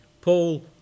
Paul